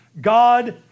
God